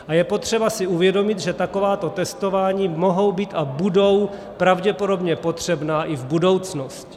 A je potřeba si uvědomit, že takováto testování mohou být a budou pravděpodobně potřebná i v budoucnosti.